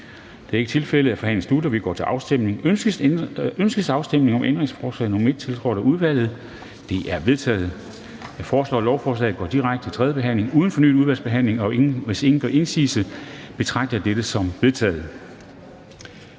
Kl. 10:01 Afstemning Formanden (Henrik Dam Kristensen): Ønskes afstemning om ændringsforslag nr. 1, tiltrådt af udvalget? Det er vedtaget. Jeg foreslår, at lovforslaget går direkte til tredje behandling uden fornyet udvalgsbehandling. Hvis ingen gør indsigelse, betragter jeg dette som vedtaget.